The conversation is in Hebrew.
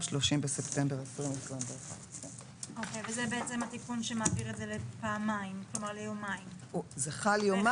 (30בספטמבר 2021).". תלמיד שהוצג לגביו אישור תו ירוק,